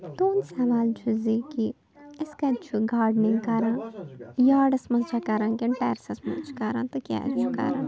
تُہُنٛد سوال چھُ زِ کہِ أسۍ کَتہِ چھِ گارڈنِنٛگ کران یاڈَس منٛز چھا کران کِنہٕ ٹٮ۪رسَس منٛز چھِ کران تہٕ کیٛازِ چھِ کران